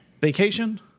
vacation